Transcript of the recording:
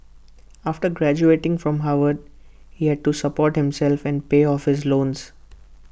after graduating from Harvard he had to support himself and pay off his loans